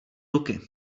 ruky